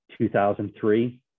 2003